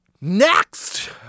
Next